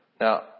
Now